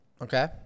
Okay